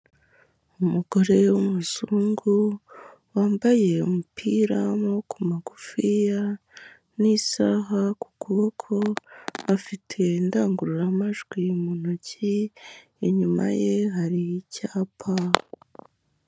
Umugore w'umuzungu, wambaye umupira w'amaboko magufiya n'isaha ku kuboko, afite indangururamajwi mu ntoki, inyuma ye hari icyapa.